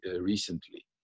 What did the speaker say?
recently